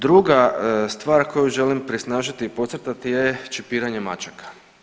Druga stvar koju želim prisnažiti i podcrtati je čipiranje mačaka.